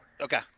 Okay